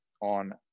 on